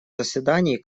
заседании